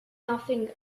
nothing